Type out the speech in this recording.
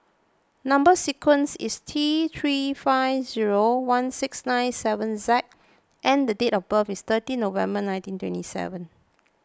Number Sequence is T three five zero one six nine seven Z and the date of birth is thirty November nineteen twenty seven